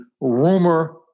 rumor